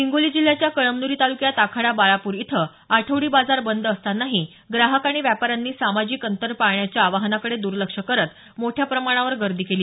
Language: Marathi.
हिंगोली जिल्ह्याच्या कळमनुरी तालुक्यात आखाडा बाळापूर इथं आठवडी बाजार बंद असतांनाही ग्राहक आणि व्यापाऱ्यांनी सामाजिक अंतर पाळण्याच्या आवाहनाकडे द्लेक्ष करत मोठ्या प्रमाणावर गर्दी केली